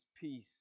peace